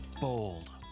Bold